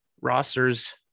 rosters